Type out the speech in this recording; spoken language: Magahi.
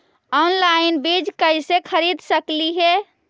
ऑनलाइन बीज कईसे खरीद सकली हे?